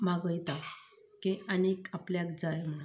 मागयता की आनीक आपल्याक जाय म्हणून